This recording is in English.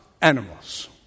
animals